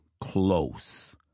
close